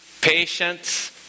patience